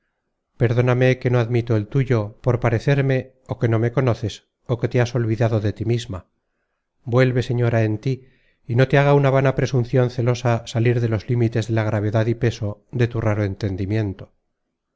dóname que no admito el tuyo por parecerme ó que no me conoces ó que te has olvidado de tí misma vuelve señora en tí y no te haga una vana presuncion celosa salir de los límites de la gravedad y peso de tu raro